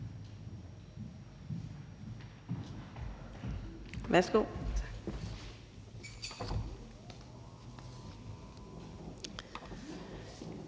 Værsgo.